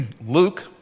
Luke